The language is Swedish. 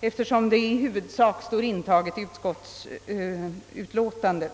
eftersom detta i huvudsak står intaget i utskottets utlåtande.